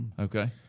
Okay